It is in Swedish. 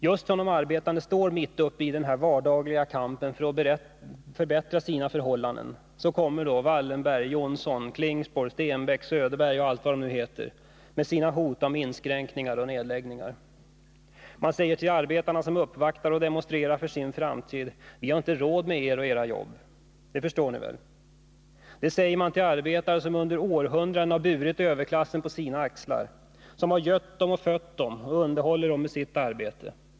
Just som de arbetande står mitt uppe i kampen för att förbättra sina förhållanden kommer Wallenberg, Johnson, Klingspor, Stenbeck, Söderberg och allt vad de nu heter, med sina hot om inskränkningar och nedläggningar. Man säger till arbetarna som uppvaktar och demonstrerar för sin framtid: Vi har inte råd med er och era jobb — det förstår ni väl. Det säger man till arbetare som under århundraden har burit överklassen på sina axlar, som har gött den, fött den och underhållit den genom sitt arbete.